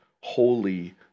holy